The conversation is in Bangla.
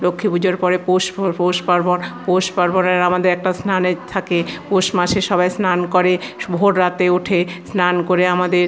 লক্ষ্মী পুজোর পরে পৌষ পর পৌষ পার্বণ পৌষ পার্বণের আমাদের একটা স্নানের থাকে পৌষ মাসে সবাই স্নান করে ভোর রাতে ওঠে স্নান করে আমাদের